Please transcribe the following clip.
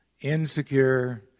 insecure